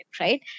right